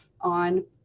on